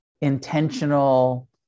intentional